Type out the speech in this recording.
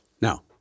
now